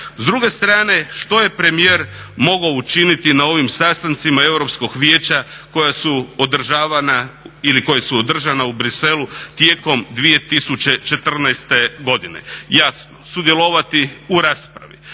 S druge strane, što je premijer mogao učiniti na ovim sastancima Europskog vijeća koja su održavana ili koja su održana u Bruxellesu tijekom 2014. godine. Jasno, sudjelovati u raspravi.